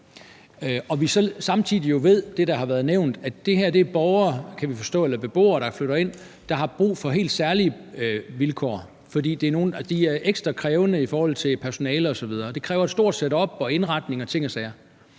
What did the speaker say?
jo så samtidig kan forstå, at det her er nogle beboere, som flytter ind, som har brug for helt særlige vilkår – fordi de er ekstra krævende i forhold til personale osv., og det kræver et stort setup og indretning og ting og sager